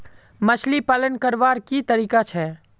मछली पालन करवार की तरीका छे?